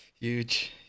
Huge